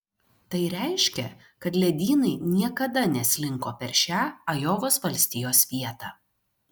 tai reiškia kad ledynai niekada neslinko per šią ajovos valstijos vietą